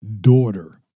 daughter